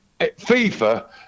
FIFA